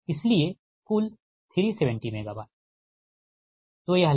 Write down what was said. इसलिए कुल 370 MW